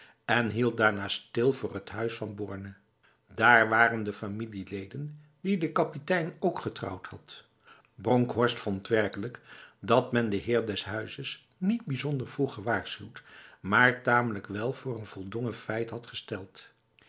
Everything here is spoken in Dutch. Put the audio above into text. en hield daarna stil voor het huis van borne daar waren de familieleden die de kapitein k getrouwd had bronkhorst vond werkelijk dat men de heer des huizes niet bijzonder vroeg gewaarschuwd maar tamelijk wel voor een voldongen feit had gesteld